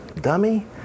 dummy